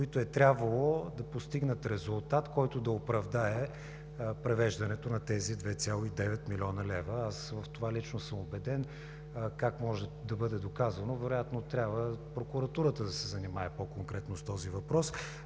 които е трябвало да постигнат резултат, който да оправдае превеждането на тези 2,9 млн. лв. Аз лично съм убеден в това. Как може да бъде доказвано? Вероятно трябва прокуратурата да се занимае по-конкретно с този въпрос.